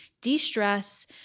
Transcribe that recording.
de-stress